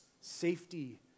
safety